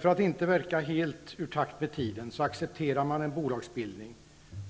För att inte verka helt ur takt med tiden accepterar man en bolagsbildning